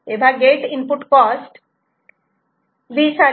तेव्हा gate input cost 20 आली